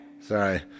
sorry